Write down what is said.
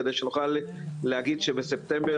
כדי שנוכל להגיד שבספטמבר,